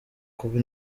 kuba